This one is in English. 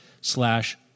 slash